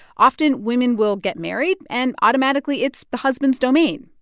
often, women will get married and, automatically, it's the husband's domain.